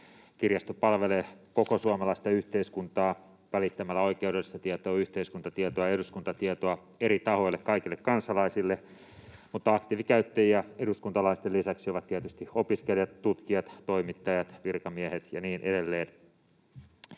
Kirjasto palvelee koko suomalaista yhteiskuntaa välittämällä oikeudellista tietoa, yhteiskuntatietoa ja eduskuntatietoa eri tahoille, kaikille kansalaisille, mutta aktiivikäyttäjiä eduskuntalaisten lisäksi ovat tietysti opiskelijat, tutkijat, toimittajat, virkamiehet ja niin edelleen.